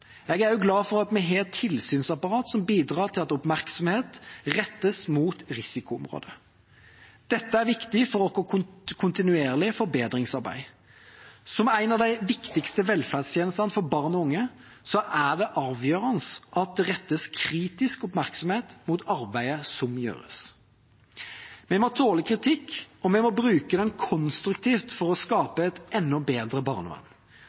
Jeg er også glad for at vi har et tilsynsapparat som bidrar til at oppmerksomhet rettes mot risikoområder. Dette er viktig for vårt kontinuerlige forbedringsarbeid. Som en av de viktigste velferdstjenestene for barn og unge er det avgjørende at det rettes kritisk oppmerksomhet mot arbeidet som gjøres. Vi må tåle kritikk, og vi må bruke den konstruktivt for å skape et enda bedre barnevern.